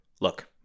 Look